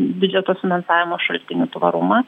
biudžeto finansavimo šaltinių tvarumą